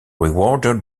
rewarded